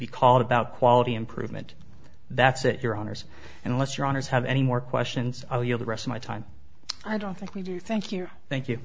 be called about quality improvement that's it your honors and lets your honour's have any more questions oh yeah the rest of my time i don't think we do thank you thank you